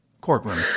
courtroom